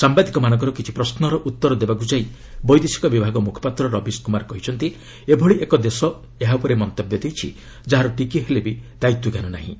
ସାମ୍ଭାଦିକମାନଙ୍କର କିଛି ପ୍ରଶ୍ନର ଉତ୍ତର ଦେବାକୁ ଯାଇ ବୈଦେଶିକ ବିଭାଗ ମୁଖପାତ୍ର ରବୀଶ କ୍ରମାର କହିଛନ୍ତି ଏଭଳି ଏକ ଦେଶ ଏହା ଉପରେ ମନ୍ତବ୍ୟ ଦେଇଛି ଯାହାର ଟିକିଏ ହେଲେବି ଦାୟିତ୍ୱ ଞ୍ଜାନ ନାହିଁ